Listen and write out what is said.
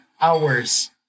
hours